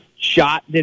shot